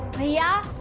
jia?